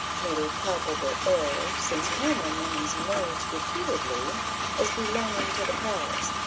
made a palpable error, since homer names maids repeatedly as belonging to the palace,